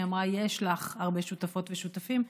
יש לך הרבה שותפות ושותפים.